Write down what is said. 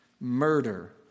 murder